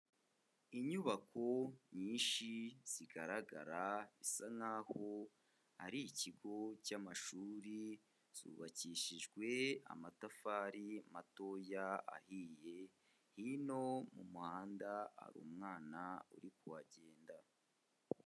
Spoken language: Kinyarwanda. Inyubako nyinshi zigaragara bisa nkaho ari ikigo cy'amashuri, cyubakishijwe amatafari matoya ahiye, hino mu muhanda hari umwana uri kuhagenda.